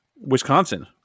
Wisconsin